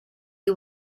you